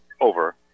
over